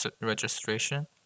registration